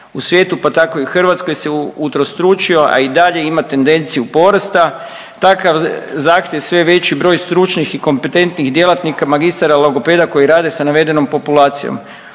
u svijetu pa tako i u Hrvatskoj se utrostručio, a i dalje ima tendenciju porasta. Takav zahtjev sve veći broj stručnih i kompetentnih djelatnika, magistara logopeda koji rade sa navedenom populacijom.